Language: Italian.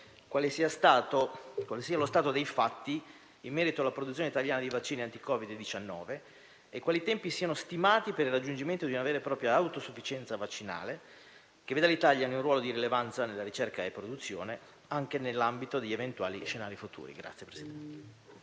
quale sia lo stato dei fatti in merito alla produzione italiana di vaccini anti-Covid-19 e quali tempi siano stimati per il raggiungimento di una vera e propria autosufficienza vaccinale, che veda l'Italia in un ruolo di rilevanza nella ricerca e nella produzione anche nell'ambito di eventuali scenari futuri. PRESIDENTE.